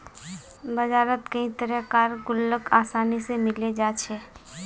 बजारत कई तरह कार गुल्लक आसानी से मिले जा छे